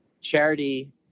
charity